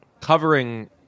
covering